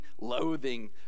loathing